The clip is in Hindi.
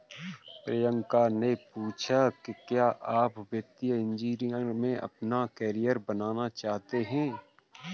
प्रियंका ने पूछा कि क्या आप वित्तीय इंजीनियरिंग में अपना कैरियर बनाना चाहते हैं?